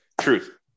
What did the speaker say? Truth